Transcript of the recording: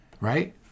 Right